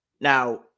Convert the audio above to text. Now